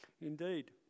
Indeed